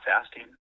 fasting